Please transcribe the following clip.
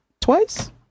Twice